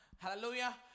Hallelujah